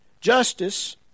Justice